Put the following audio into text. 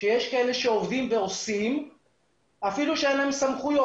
ויש ביניהם כאלה שעובדים ועושים אפילו שאין להם סמכויות.